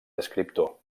escriptor